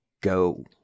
go